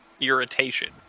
irritation